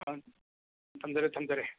ꯎꯝ ꯊꯝꯖꯔꯦ ꯊꯝꯖꯔꯦ